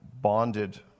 bonded